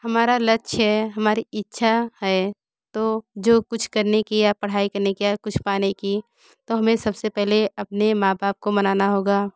हमारा लक्ष्य हमारी इच्छा है तो जो कुछ करने की या पढ़ाई करने की या कुछ पाने की तो हमें सबसे पहले अपने माँ बाप को मनाना होगा